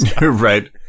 right